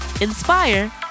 inspire